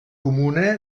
comuna